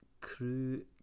Crew